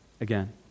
again